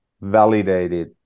validated